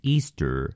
Easter